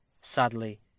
sadly